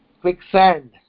quicksand